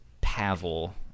Pavel